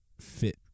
fit